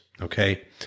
okay